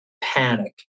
panic